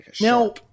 Now